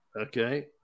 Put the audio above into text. Okay